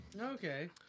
Okay